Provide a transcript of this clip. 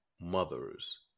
mothers